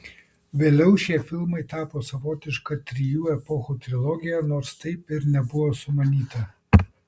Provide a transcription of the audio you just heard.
vėliau šie filmai tapo savotiška trijų epochų trilogija nors taip ir nebuvo sumanyta